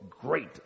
Great